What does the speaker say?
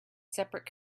separate